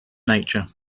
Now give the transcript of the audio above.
nature